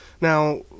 now